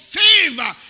favor